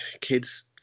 kids